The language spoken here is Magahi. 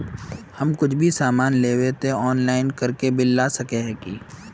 हम कुछ भी सामान लेबे ते ऑनलाइन करके बिल ला सके है की?